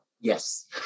yes